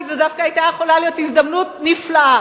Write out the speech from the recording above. כי זו דווקא היתה יכולה להיות הזדמנות נפלאה.